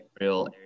real